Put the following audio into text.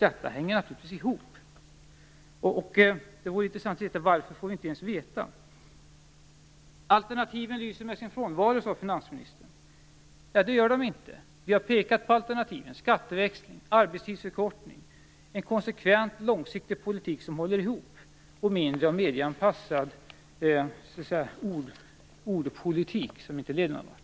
Detta hänger naturligtvis ihop. Det vore intressant att få reda på varför vi inte får veta hur det är. Alternativen lyser med sin frånvaro, sade finansministern. Det gör de inte. Vi har pekat på alternativen: en skatteväxling, en arbetstidsförkortning och en konsekvent långsiktig politik som håller ihop och mindre av en medieanpassad ordpolitik som inte leder någonvart.